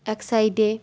এক সাইডে